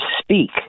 speak